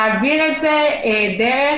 להעביר את זה דרך